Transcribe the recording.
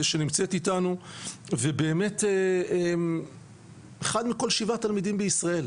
שנמצאת איתנו ובאמת אחד מכל שבעה תלמידים בישראל,